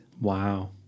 Wow